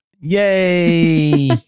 Yay